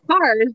cars